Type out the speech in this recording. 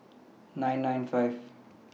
nine nine five